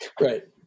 Right